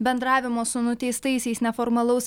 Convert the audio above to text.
bendravimo su nuteistaisiais neformalaus